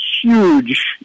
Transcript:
huge